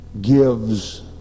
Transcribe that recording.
gives